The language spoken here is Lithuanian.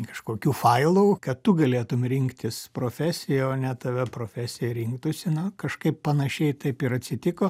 kažkokių failų kad tu galėtum rinktis profesiją o ne tave profesija rinktųsi na kažkaip panašiai taip ir atsitiko